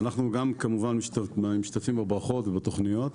כמובן אנחנו גם משתתפים בברכות ובתוכניות.